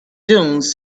dunes